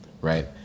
Right